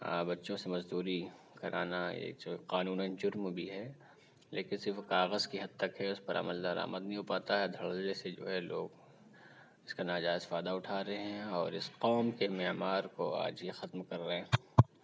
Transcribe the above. بچوں سے مزدوری کرانا یہ جو قانوناً جرم بھی ہے لیکن وہ کاغذ کی حد تک ہے اس پر عمل درآمد نہیں ہو پاتا ہے دھڑلے سے جو ہے لوگ اس کا ناجائز فائدہ اٹھا رہے ہیں اور اس قوم کے معمار کو آج یہ ختم کر رہے ہیں